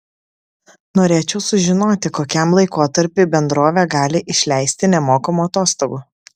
norėčiau sužinoti kokiam laikotarpiui bendrovė gali išleisti nemokamų atostogų